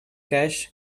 cache